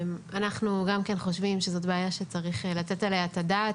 אנחנו גם כן חושבים שזו בעיה שצריך לתת עליה את הדעת,